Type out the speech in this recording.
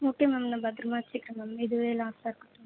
okay ma'am நான் பத்திரமா வச்சுக்கிறேன் மேம் இதுவே லாஸ்ட்டாக இருக்கட்டும்